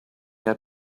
had